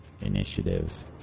initiative